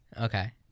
Okay